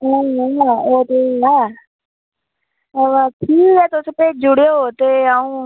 हां वा ठीक ऐ तुस भेजूड़ेओ ते आऊं